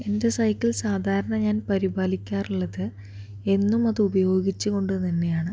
എൻ്റെ സൈക്കിൾ സാധാരണ ഞാൻ പരിപാലിക്കാറുള്ളത് എന്നുമത് ഉപയോഗിച്ചു കൊണ്ട് തന്നെയാണ്